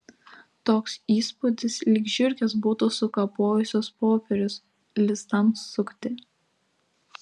toks įspūdis lyg žiurkės būtų sukapojusios popierius lizdams sukti